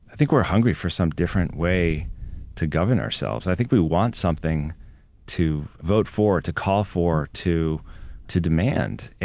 i think we're hungry for some different way to govern ourselves. i think we want something to vote for, to call for, to to demand.